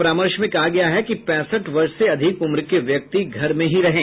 परामर्श में कहा गया है कि पैंसठ वर्ष से अधिक उम्र के व्यक्ति घर में ही रहें